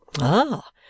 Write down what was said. Ah